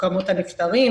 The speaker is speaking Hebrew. כמות הנפטרים,